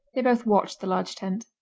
they both watched the large tent.